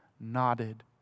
nodded